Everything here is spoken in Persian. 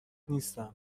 نیستم